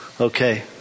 Okay